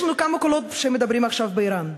יש לנו כמה קולות שמדברים עכשיו באיראן.